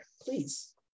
please